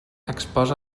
exposa